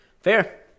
fair